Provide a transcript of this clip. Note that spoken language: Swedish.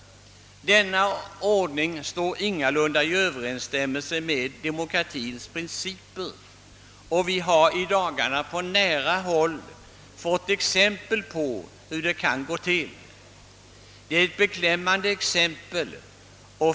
Denna ordning står ingalunda i överensstämmelse med demokratiens principer. Vi har i dagarna på nära håll sett beklämmande exempel på hur det kan gå till.